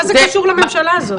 מה זה קשור לממשלה הזאת?